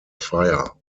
fire